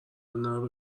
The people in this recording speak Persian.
کنار